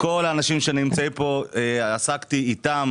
עסקתי עם,